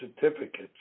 certificates